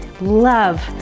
love